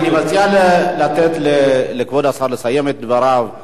אני מציע לתת לכבוד השר לסיים את דבריו.